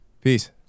Peace